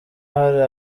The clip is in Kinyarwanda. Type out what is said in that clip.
hari